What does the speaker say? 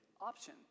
option